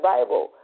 Bible